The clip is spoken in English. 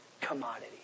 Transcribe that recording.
commodity